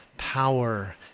power